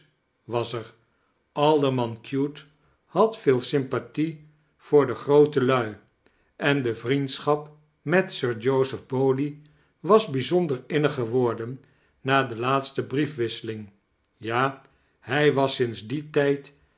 was er alderman cute had veel sympathie voor de groote lui en de vriendschap met sir joseph bowley was bijzondier innig geworden na de laatste hriefwisseling ja hij was sinds dien tijd